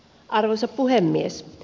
arvoisa puhemies